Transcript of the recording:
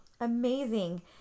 Amazing